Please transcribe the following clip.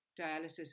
dialysis